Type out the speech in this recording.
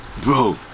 Bro